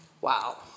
Wow